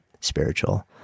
spiritual